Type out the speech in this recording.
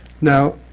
Now